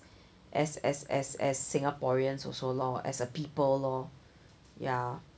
as as as as singaporeans also lor as a people lor ya